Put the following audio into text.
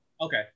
Okay